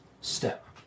step